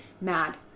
mad